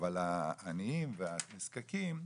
אבל העניין והנזקקים,